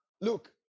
Look